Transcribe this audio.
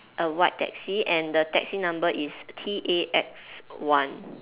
a white taxi and the taxi number is T A X one